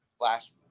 Last